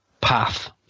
path